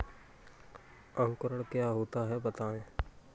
अंकुरण क्या होता है बताएँ?